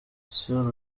sur